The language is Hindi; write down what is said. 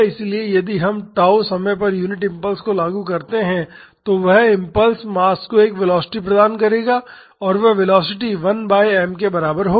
इसलिए यदि हम tau समय पर यूनिट इम्पल्स को लागू करते हैं तो वह इम्पल्स मास को एक वेलोसिटी प्रदान करेगा और वह वेलोसिटी 1 बाई m के बराबर होगी